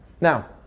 Now